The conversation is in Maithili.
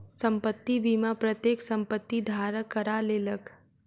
संपत्ति बीमा प्रत्येक संपत्ति धारक करा लेलक